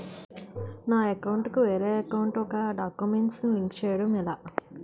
నా అకౌంట్ కు వేరే అకౌంట్ ఒక గడాక్యుమెంట్స్ ను లింక్ చేయడం ఎలా?